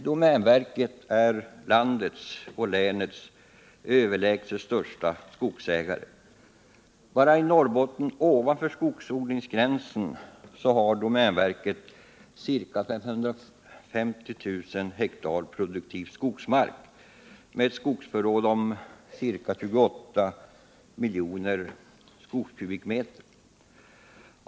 Domänverket, som är landets överlägset största skogsägare, äger i Norrbotten ovanför den s.k. skogsodlingsgränsen ca 550 000 hektar produktiv skogsmark med ett skogsförråd om ca 28 miljoner skogskubikmeter.